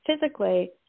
physically